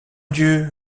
dieu